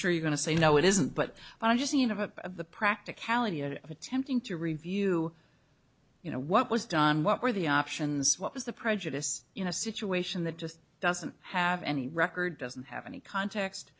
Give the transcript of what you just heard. sure you're going to say no it isn't but i'm just thinking of a of the practicality of attempting to review you know what was done what were the options what was the prejudice in a situation that just doesn't have any record doesn't have any context